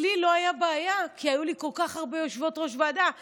אצלי לא הייתה בעיה כי היו לי כל כך הרבה יושבות-ראש ועדה,